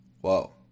Whoa